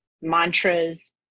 mantras